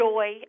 Joy